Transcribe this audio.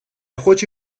хочу